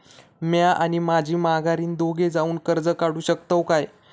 म्या आणि माझी माघारीन दोघे जावून कर्ज काढू शकताव काय?